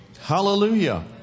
Hallelujah